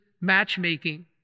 matchmaking